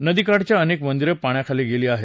नदीकाठची अनेक मंदीरं पाण्याखाली गेली आहेत